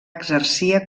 exercia